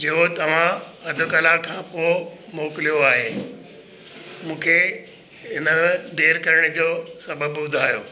जो तव्हां अध कलाक खां पोइ मोकिलियो आहे मूंखे इन देरि करण जो सबबु ॿुधायो